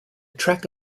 track